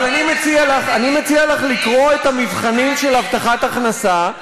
אבל אני מציע לך לקרוא את המבחנים של הבטחת הכנסה,